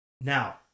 Now